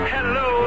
Hello